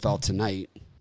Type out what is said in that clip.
tonight